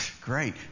Great